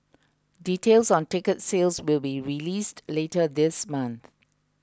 details on ticket sales will be released later this month